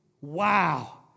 wow